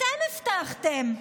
אתם הבטחתם,